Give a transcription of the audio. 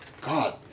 God